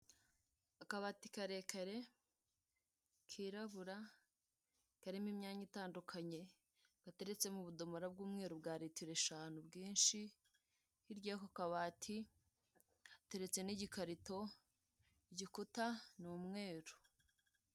Akabati karekere kirabura karimo imyanya itandukanye gateretsemo ubudomoro bw'umweru bwa ritiro eshanu bwinshi hirya yako kabati ateretse n'igikarito igikuta ni umweru.